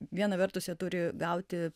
viena vertus jie turi gauti